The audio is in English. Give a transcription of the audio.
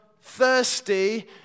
thirsty